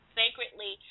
sacredly